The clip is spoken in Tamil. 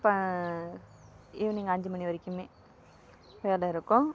ப ஈவினிங் அஞ்சு மணி வரைக்குமே வேலை இருக்கும்